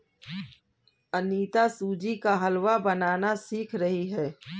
अनीता सूजी का हलवा बनाना सीख रही है